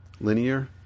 Linear